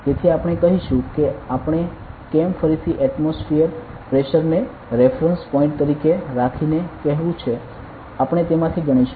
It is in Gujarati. તેથી આપણે કહીશું કે આપણે કેમ ફરીથી એટમોસ્ફિયર પ્રેશર ને રેફરન્સ પોઈન્ટ તરીકે રાખીને કહેવું છે આપણે તેમાંથી ગણીશું